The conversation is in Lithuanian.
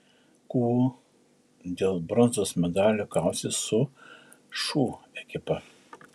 ku dėl bronzos medalių kausis su šu ekipa